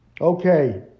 Okay